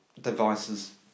devices